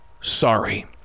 sorry